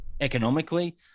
economically